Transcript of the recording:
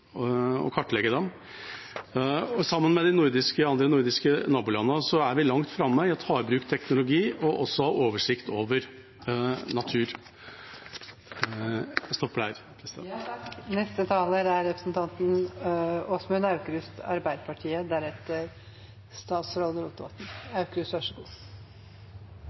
kartlegge dem. Sammen med de andre nordiske nabolandene er vi langt framme i å ta i bruk teknologi og også i å ha oversikt over natur. Naturkrisen er den kanskje mest underkommuniserte krisen verden står overfor. Tap av natur er